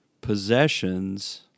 possessions